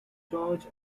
george